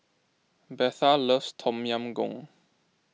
Betha loves Tom Yam Goong